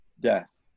death